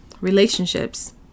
relationships